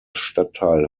stadtteil